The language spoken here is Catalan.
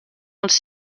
els